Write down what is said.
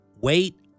Wait